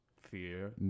Fear